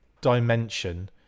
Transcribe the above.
dimension